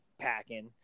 packing